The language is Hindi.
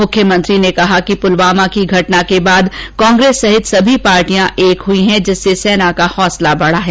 मुख्यमंत्री ने कहा कि पुलवामा की घटना के बाद कांग्रेस सहित सभी पार्टियां एक हुई जिससे सेना को हौंसला बढ़ा है